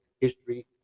History